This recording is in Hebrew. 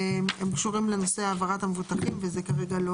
הם קשורים לנושא העברת המבוטחים וזה כרגע,